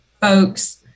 folks